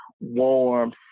warm